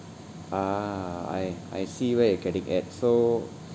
ah I I see where you're getting at so